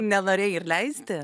nenorėj ir leisti